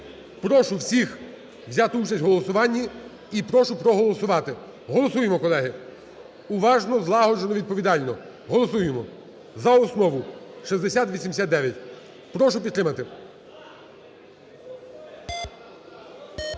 Прошу всіх взяти участь в голосуванні і прошу проголосувати. Голосуємо, колеги, уважно, злагоджено, відповідально. Голосуємо за основу 6089. Прошу підтримати.